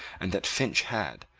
and that finch had,